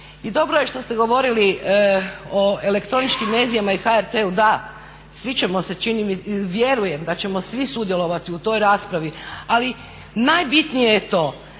I dobro je što ste govorili o elektroničkim medijima i HRT-u. Da, svi ćemo vjerujem sudjelovati u toj raspravi ali najbitnije je to